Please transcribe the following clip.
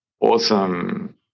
awesome